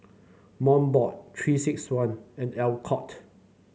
Mobot Three six one and Alcott